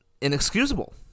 inexcusable